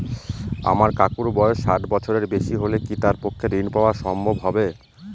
আমার কাকুর বয়স ষাট বছরের বেশি হলে কি তার পক্ষে ঋণ পাওয়া সম্ভব হবে?